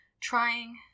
trying